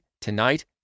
tonight